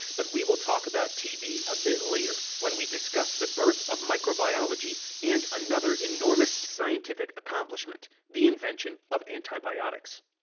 but we will talk about tb a bit later, when we discuss the birth of microbiology and another enormous scientific accomplishment, the invention of antibiotics.